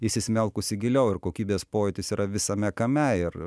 įsismelkusi giliau ir kokybės pojūtis yra visame kame ir